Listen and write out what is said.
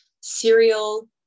cereal